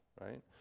right